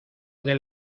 del